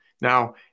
Now